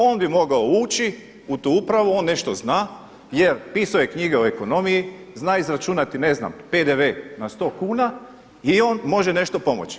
On bi mogao ući u tu upravu, on nešto zna jer pisao je knjige o ekonomiji, zna izračunati ne znam PDV na sto kuna i on može nešto pomoći.